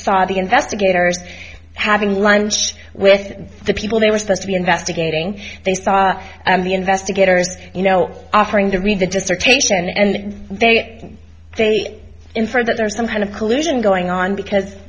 saw the investigators having lunch with the people they were supposed to be investigating they saw the investigators you know offering to read the dissertation and they ate and they infer that there's some kind of collusion going on because